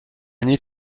need